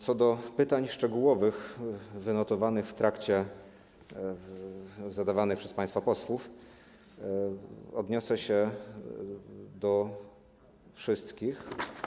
Co do pytań szczegółowych wynotowanych w trakcie ich zadawania przez państwa posłów, odniosę się do wszystkich.